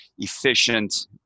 efficient